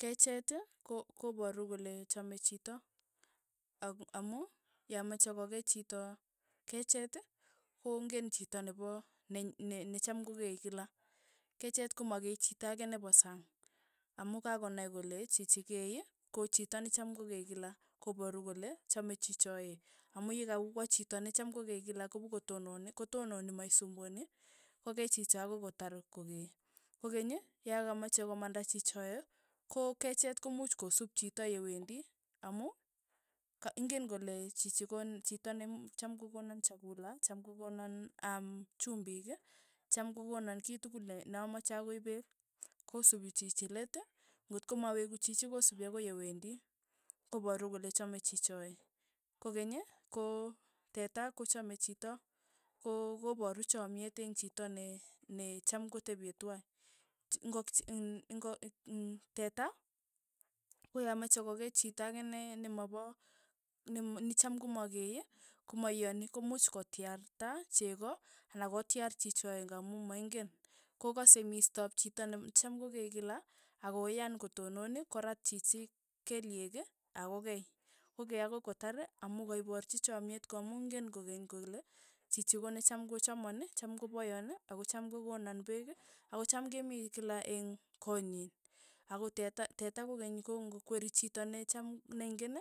Kecheti ko koboru kole chome chito amu- amu yamache kokei chito kechetii kongen chito nebo ne- necham kokei kila kechet koma kei chito ake nebo sang amu kakonai kole chichi keii ko chito necham kokei kila koboru kole chomei chichoee amu yekowo chito necham kokeii kila kopukotononi kotononi maisumbwani, kokei chicho akoi kotar kokee, kokeny ya kamache komanda chichoe, ko kechet komuuch kosuup chito yewendi amu ka ingen kole chichi ko ne chito ne cham kokona chakula, cham kokona aam chumbik, cham kokonan kii tukul ne amache akoi peek, kosupi chichi leet ng'otko maweku chichi kosupi akoi yewendi, koporu kole chame chichoe, kokeny, ko teta kochame chito, ko- ko paru chamyet eng' chito ne- ne cham kotepie twai, ng'okch iin ng'ok iin teta koya mache kokei chito ake ne- ne mapa ne nichamkomakee, komaiyani, komuch kotyarta cheko ana kotyar chichie ng'amu maing'en, kokase mistop chito nep nechamkokee kila, akoyan kotonon, korat chichi kelyek ii. ako kei, kokei akoi kotar amu kaiparchi chamyet kamu ingen kokeny kole chichi konecham kochamani, cham kopayani akocham kokonan peek, ak kocham ke mii kila eng' konyii, ako teta teat kokeny kong'okweri chito necham ne ing'en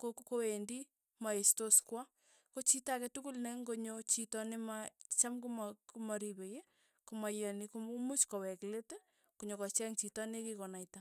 ko kowendi, maestos kwa, ko chito ake tukul ne ng'onyo chito nemachamkoma kamaripei komaiyani, imuuch koweek let, konyokocheeng chito nekikonaita.